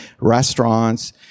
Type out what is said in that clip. restaurants